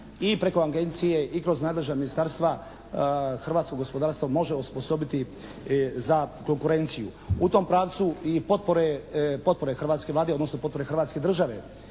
i preko agencije i kroz nadležna ministarstva hrvatsko gospodarstvo može osposobiti za konkurenciju. U tom pravcu i potpore hrvatske Vlade odnosno potpore Hrvatske države